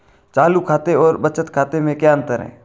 चालू खाते और बचत खाते में क्या अंतर है?